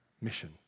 mission